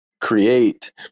create